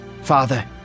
Father